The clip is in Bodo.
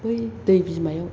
बै दै बिमायाव